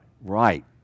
right